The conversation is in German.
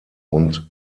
und